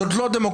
זאת לא דמוקרטיה,